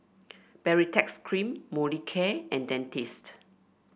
Baritex Cream Molicare and Dentiste